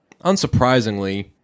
unsurprisingly